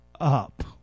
up